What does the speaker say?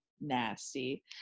nasty